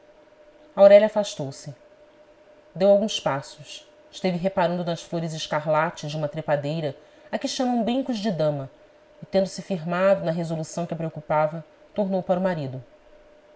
aurélia afastou-se deu alguns passos esteve reparando nas flores escarlates de uma trepadeira a que chamam brincos de dama e tendo-se firmado na resolução que a preocupava tornou para o marido